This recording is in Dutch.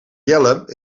jelle